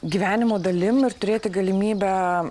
gyvenimo dalim ir turėti galimybę